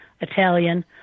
Italian